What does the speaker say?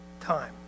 time